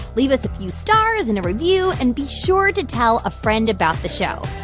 leave us a few stars and a review and be sure to tell a friend about the show.